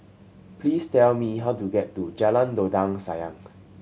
please tell me how to get to Jalan Dondang Sayang